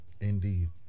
Indeed